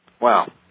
Wow